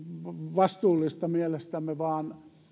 vastuullista mielestämme vaan